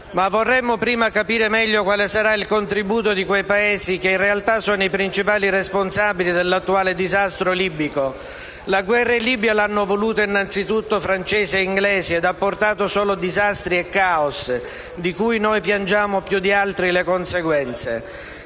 vorremmo capire meglio quale sarà il contributo di quei Paesi, che in realtà sono i principali responsabili dell'attuale disastro libico. La guerra in Libia l'hanno voluta, innanzitutto, i francesi e i britannici e ha portato solo disastri e caos, di cui noi piangiamo più di altri le conseguenze.